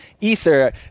ether